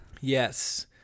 yes